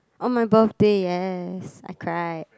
on my birthday yes I cried